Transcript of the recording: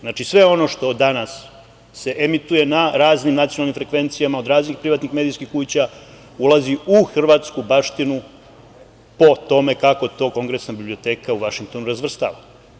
Znači, sve ono što se danas emituje na raznim nacionalnim frekvencijama, od raznih privatnih medijskih kuća, ulazi u hrvatsku baštinu po tome kako to Kongresna biblioteka u Vašingtonu razvrstava.